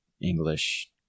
English